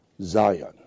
Zion